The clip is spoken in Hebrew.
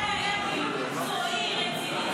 מתי היה דיון מקצועי ורציני,